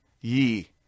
ye